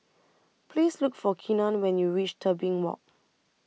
Please Look For Keenan when YOU REACH Tebing Walk